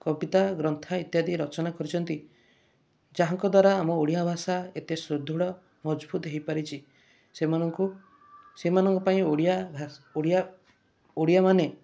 କବିତା ଗ୍ରନ୍ଥ ଇତ୍ୟାଦି ରଚନା କରିଛନ୍ତି ଯାହାଙ୍କ ଦ୍ୱାରା ଆମ ଓଡ଼ିଆ ଭାଷା ଏତେ ସୁଦୃଢ଼ ମଜଭୁତ୍ ହୋଇପାରିଛି ସେମାନଙ୍କୁ ସେମାନଙ୍କ ପାଇଁ ଓଡ଼ିଆ ଭାଷା ଓଡ଼ିଆ ଓଡ଼ିଆମାନେ